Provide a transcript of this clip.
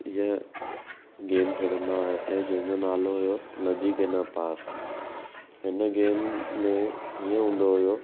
इहा गेम खेॾंदा हुयासीं जंहिंजो नालो हुयो नदी की न पार हिन गेम में हीअं हूंदो